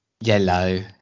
yellow